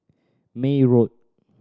May Road